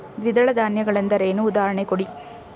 ದ್ವಿದಳ ಧಾನ್ಯ ಗಳೆಂದರೇನು, ಉದಾಹರಣೆ ಕೊಡಿ?